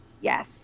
Yes